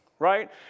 right